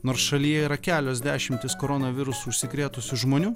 nors šalyje yra kelios dešimtys koronavirusu užsikrėtusių žmonių